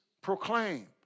proclaim